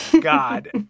God